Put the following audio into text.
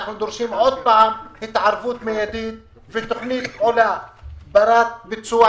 אנחנו שוב דורשים התערבות מיידית ותוכנית ברת ביצוע